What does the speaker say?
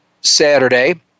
Saturday